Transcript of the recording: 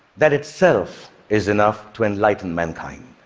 that itself is enough to enlighten mankind.